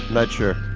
not sure